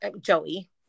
Joey